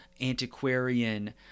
antiquarian